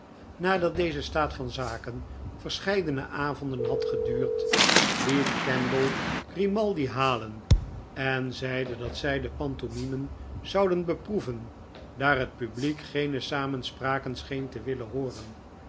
nadat deze staat van zaken verscheidene avonden had geduurd liet kemble grimaldi halen en zeide dat zij de pantomimen zouden beproeven daar het publiek geene samenspraken scheen te willen hooren